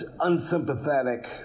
unsympathetic